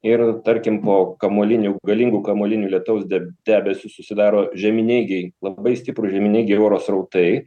ir tarkim po kamuolinių galingų kamuolinių lietaus deb debesys susidaro žemineigiai labai stiprūs žemineigiai oro srautai